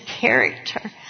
character